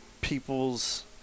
people's